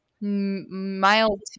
Mild